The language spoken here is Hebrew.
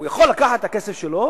הוא יכול לקחת את הכסף שלו,